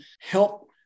help